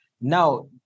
Now